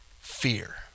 fear